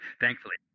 thankfully